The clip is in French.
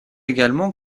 également